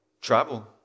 Travel